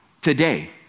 today